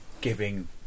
giving